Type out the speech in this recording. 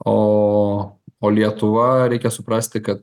o o lietuva reikia suprasti kad